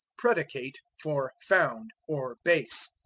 predicate for found, or base.